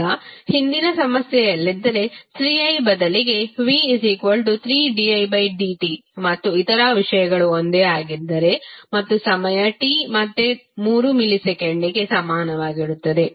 ಈಗ ಹಿಂದಿನ ಸಮಸ್ಯೆಯಲ್ಲಿದ್ದರೆ 3i ಬದಲಿಗೆ ವೋಲ್ಟೇಜ್ v3didtಮತ್ತು ಇತರ ವಿಷಯಗಳು ಒಂದೇ ಆಗಿದ್ದರೆ ಮತ್ತು ಸಮಯ t ಮತ್ತೆ 3 ಮಿಲಿಸೆಕೆಂಡುಗಳಿಗೆ ಸಮಾನವಾಗಿರುತ್ತದೆ